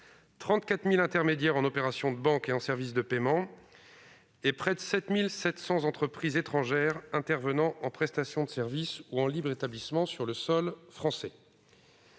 34 000 intermédiaires en opérations de banque et en services de paiement et près de 7 700 entreprises étrangères intervenant en prestation de services ou en libre établissement sur le sol français.